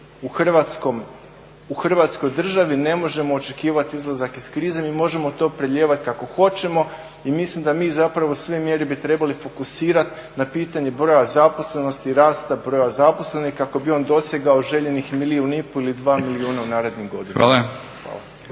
u Hrvatskoj državi ne možemo očekivati izlazak iz krize, mi možemo to prelijevati kako hoćemo. Mislim da mi zapravo sve mjere bi trebali fokusirati na pitanje broja zaposlenosti, rasta broja zaposlenih kako bi on dosegao željenih milijun i pol ili dva milijuna u narednim godinama.